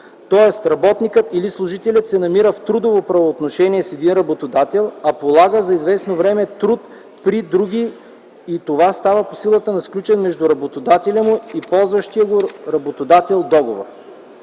Тоест, работникът или служителят се намира в трудово правоотношение с един работодател, а полага за известно време труд при друг и това става по силата на сключен между работодателя му и ползващия го работодател договор.